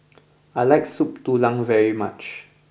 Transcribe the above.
I like Soup Tulang very much